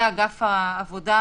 אנשים חסרי עורף משפחתי,